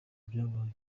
ibyabaye